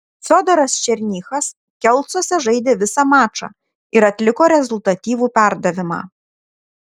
fiodoras černychas kelcuose žaidė visą mačą ir atliko rezultatyvų perdavimą